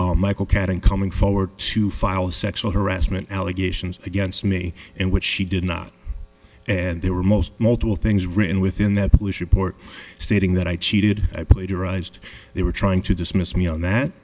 our michael caton coming forward to file a sexual harassment allegations against me and what she did not and they were most multiple things written within that report stating that i cheated i plagiarized they were trying to dismiss me on that